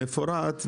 במפורט,